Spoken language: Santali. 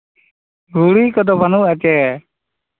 ᱜᱷᱩᱲᱤ ᱠᱚᱫᱚ ᱵᱟᱹᱱᱩᱜᱼᱟ ᱪᱮ